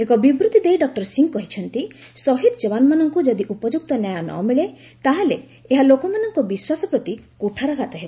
ଏକ ବିବୃତ୍ତି ଦେଇ ଡକ୍କର ସିଂହ କହିଛନ୍ତି ସହିଦ ଜବାନମାନଙ୍କୁ ଯଦି ଉପଯୁକ୍ତ ନ୍ୟାୟ ନମିଳେ ତାହେଲେ ଏହା ଲୋକମାନଙ୍କ ବିଶ୍ୱାସ ପ୍ରତି କୁଠାରଘାତ ହେବ